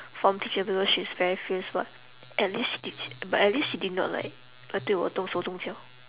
form teacher because she's very fierce but at least she d~ sh~ but at least she did not like like 对我动手动脚